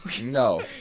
No